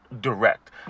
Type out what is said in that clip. Direct